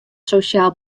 sosjaal